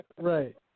right